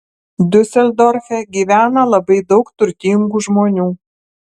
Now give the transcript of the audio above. diuseldorfe gyvena labai daug turtingų žmonių